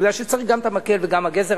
בגלל שצריך גם את המקל וגם הגזר,